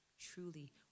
truly